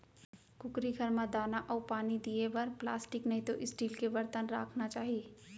कुकरी घर म दाना अउ पानी दिये बर प्लास्टिक नइतो स्टील के बरतन राखना चाही